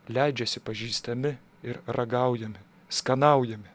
leidžiasi pažįstami ir ragaujami skanaujami